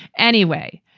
anyway,